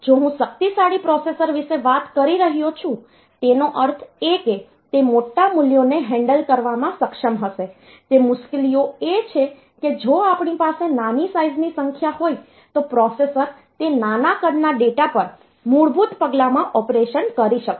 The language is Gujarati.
જો હું શક્તિશાળી પ્રોસેસર વિશે વાત કરી રહ્યો છું તેનો અર્થ એ કે તે મોટા મૂલ્યોને હેન્ડલ કરવામાં સક્ષમ હશે તે મુશ્કેલીઓ એ છે કે જો આપણી પાસે નાની સાઇઝની સંખ્યા હોય તો પ્રોસેસર તે નાના કદના ડેટા પર મૂળભૂત પગલામાં ઓપરેશન કરી શકશે